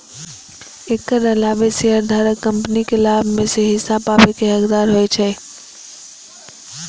एकर अलावे शेयरधारक कंपनीक लाभ मे सं हिस्सा पाबै के हकदार होइ छै